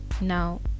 Now